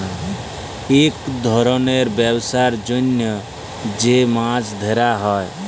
ইক ধরলের ব্যবসার জ্যনহ যে মাছ ধ্যরা হ্যয়